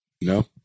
No